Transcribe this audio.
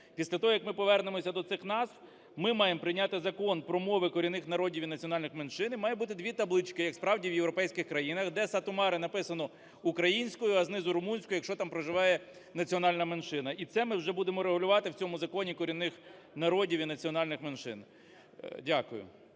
Після того як ми повернемося до цих назв, ми маємо прийняти Закон про мови корінних народів і національних меншин, і має бути дві таблички як справді в європейських країнах, де Сату-Маре написано українською, а знизу - румунською, якщо там проживає національна меншина. І це ми вже будемо регулювати в цьому законі корінних народів і національних меншин. Дякую.